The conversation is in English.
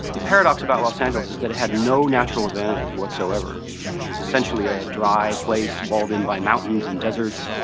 the paradox about los angeles is that it had no natural advantages whatsoever. it was essentially a dry place walled in by mountains and deserts.